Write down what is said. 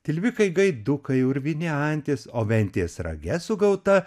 tilvikai gaidukai urvinė antis o ventės rage sugauta